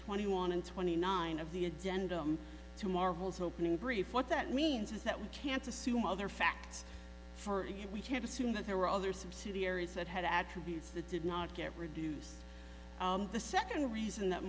won and twenty nine of the agendum to marvel's opening brief what that means is that we can't assume other facts for it we can't assume that there were other subsidiaries that had attributes that did not get reduce the second reason that